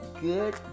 Good